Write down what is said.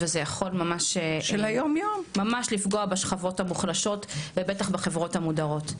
וזה יכול ממש לפגוע בשכבות המוחלשות ובטח בחברות המודרות,